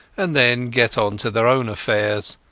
and then get on to their own affairs.